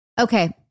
Okay